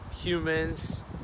humans